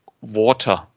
water